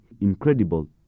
incredible